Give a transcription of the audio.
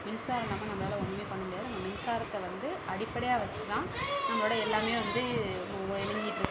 மின்சாரம் இல்லாமல் நம்மளால ஒன்றுமே பண்ண முடியாது நம்ம மின்சாரத்தை வந்து அடிப்படையாக வெச்சுதான் நம்மளோடய எல்லாமே வந்து மு இயங்கிட்டுருக்கு